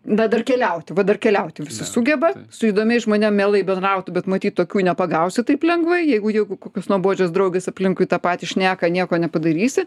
na dar keliauti va dar keliauti visi sugeba su įdomiais žmonėm mielai bendrautų bet matyt tokių nepagausi taip lengvai jeigu jeigu kokios nuobodžios draugės aplinkui tą patį šneka nieko nepadarysi